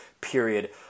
period